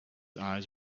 eyes